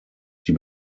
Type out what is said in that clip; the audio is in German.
die